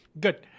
good